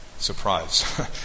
surprise